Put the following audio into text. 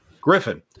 Griffin